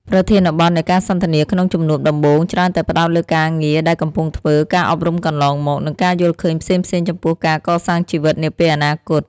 ប្រធានបទនៃការសន្ទនាក្នុងជំនួបដំបូងច្រើនតែផ្ដោតលើការងារដែលកំពុងធ្វើ ការអប់រំកន្លងមក និងការយល់ឃើញផ្សេងៗចំពោះការកសាងជីវិតនាពេលអនាគត។